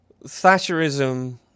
Thatcherism